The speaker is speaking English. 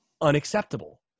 unacceptable